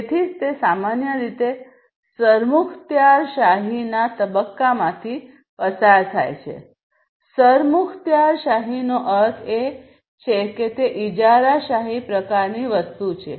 તેથી તે સામાન્ય રીતે સરમુખત્યારશાહીના તબક્કામાંથી પસાર થાય છે સરમુખત્યારશાહીનો અર્થ એ છે કે તે ઇજારાશાહી પ્રકારની વસ્તુ છે